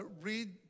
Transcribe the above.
read